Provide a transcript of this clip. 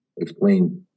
explain